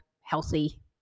healthy